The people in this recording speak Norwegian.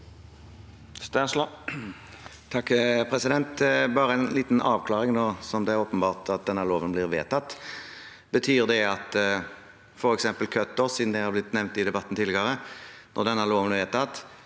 Stensland (H) Bare en liten av- klaring nå som det er åpenbart at denne loven blir vedtatt. Betyr det at f.eks. Cutters, siden de har blitt nevnt i debatten tidligere, når denne loven er vedtatt,